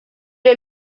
est